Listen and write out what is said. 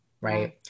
Right